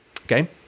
Okay